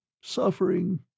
suffering